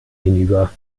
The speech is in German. hinüber